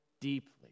deeply